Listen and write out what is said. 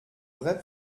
vrai